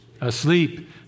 Asleep